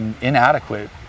inadequate